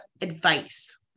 advice